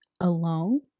alone